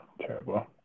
terrible